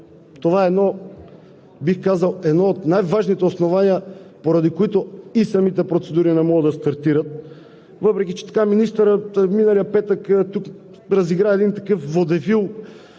Това е, бих казал, едно от най-важните основания, поради които и самите процедури не могат да стартират, въпреки че министърът миналия петък тук разигра един водевил,